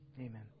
Amen